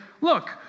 Look